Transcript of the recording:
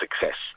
success